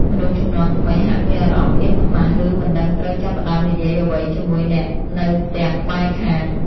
មនុស្សជំនាន់ថ្មីហាក់មានអារម្មណ៍អៀនខ្មាស ឬមិនដឹងត្រូវចាប់ផ្ដើមនិយាយអ្វីជាមួយអ្នកនៅផ្ទះក្បែរខាង។